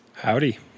Howdy